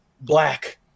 black